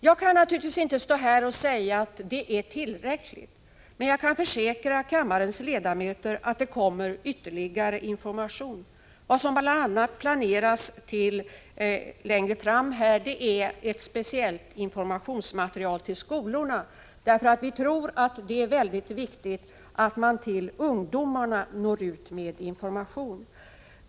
Jag kan naturligtvis inte säga att det är tillräckligt, men jag kan försäkra kammarens ledamöter att det kommer ytterligare information. Vad som bl.a. planeras längre fram är ett speciellt informationsmaterial till skolorna. Vi tror att det är mycket viktigt att nå ut till ungdomarna med information.